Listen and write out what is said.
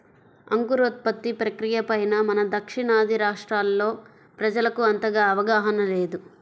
అంకురోత్పత్తి ప్రక్రియ పైన మన దక్షిణాది రాష్ట్రాల్లో ప్రజలకు అంతగా అవగాహన లేదు